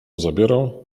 zabiorą